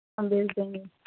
ہم بھیج دیں گے